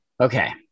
Okay